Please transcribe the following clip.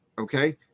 Okay